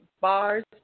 bars